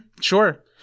Sure